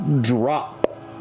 drop